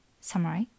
samurai